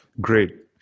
great